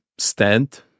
stand